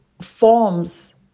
forms